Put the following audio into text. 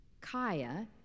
Kaya